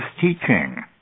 teaching